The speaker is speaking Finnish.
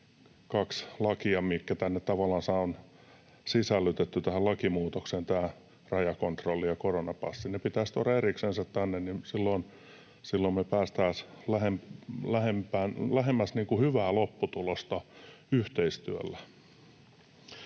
tähän lakimuutokseen sisällytetty: tämä rajakontrolli ja koronapassi. Ne pitäisi tuoda eriksensä tänne, silloin me päästäisiin lähemmäs hyvää lopputulosta yhteistyöllä.